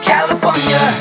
California